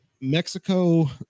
Mexico